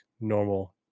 normal